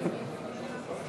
נתקבלו.